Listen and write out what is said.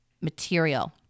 material